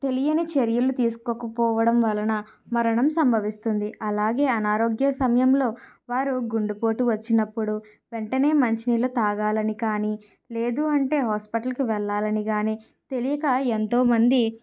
తెలియని చర్యలు తీసుకోకపోవడం వలన మరణం సంభవిస్తుంది అలాగే అనారోగ్య సమయంలో వారు గుండుపోటు వచ్చినప్పుడు వెంటనే మంచి నీళ్ళు తాగాలని కానీ లేదు అంటే హాస్పిటల్కి వెళ్ళాలని కాని తెలియక ఎంతో మంది